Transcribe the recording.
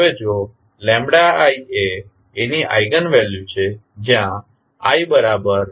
હવે જો i એ A ની આઇગન વેલ્યુ છે જ્યાં i12n છે